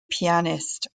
pianist